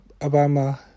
Obama